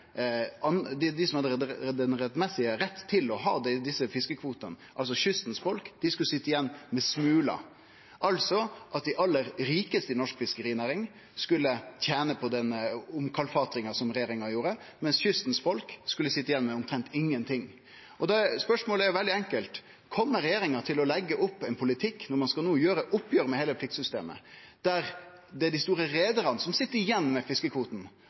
rett til å ha desse fiskekvotane, altså kystens folk, skulle sitje igjen med smular. Dei aller rikaste i norsk fiskerinæring skulle altså tene på omkalfatringa som regjeringa gjorde, mens kystens folk skulle sitje igjen med omtrent ingenting. Spørsmålet er veldig enkelt: Kjem regjeringa til å leggje opp ein politikk – når ein no skal gjere opp heile pliktsystemet – der det er dei store reiarane som sit igjen med fiskekvoten,